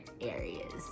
areas